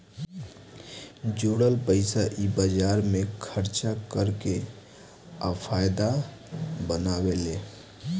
जोरल पइसा इ बाजार मे खर्चा कर के आ फायदा बनावेले